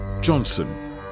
Johnson